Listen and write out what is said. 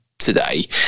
today